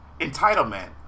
entitlement